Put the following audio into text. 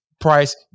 price